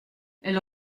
elle